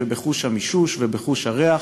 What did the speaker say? ובחוש המישוש ובחוש הריח,